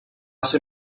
ser